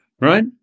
right